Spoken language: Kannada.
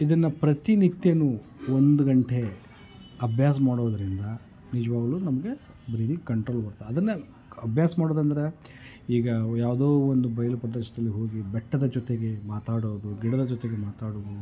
ಇದನ್ನು ಪ್ರತಿನಿತ್ಯವು ಒಂದು ಗಂಟೆ ಅಭ್ಯಾಸ ಮಾಡೋದರಿಂದ ನಿಜವಾಗ್ಲೂ ನಮಗೆ ಬ್ರೀದಿಂಗ್ ಕಂಟ್ರೋಲ್ ಬರ್ತದೆ ಅದನ್ನೇ ಅಭ್ಯಾಸ ಮಾಡೋದಂದರೆ ಈಗ ಯಾವುದೋ ಒಂದು ಬಯಲು ಪ್ರದೇಶದಲ್ಲಿ ಹೋಗಿ ಬೆಟ್ಟದ ಜೊತೆಗೆ ಮಾತಾಡೋದು ಗಿಡದ ಜೊತೆಗೆ ಮಾತಾಡೋದು